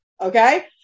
Okay